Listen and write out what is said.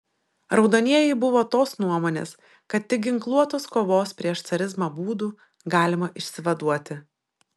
raudonieji buvo tos nuomonės kad tik ginkluotos kovos prieš carizmą būdu galima išsivaduoti